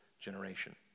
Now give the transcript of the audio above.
generation